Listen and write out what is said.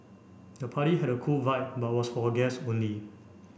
the party had a cool vibe but was for guest only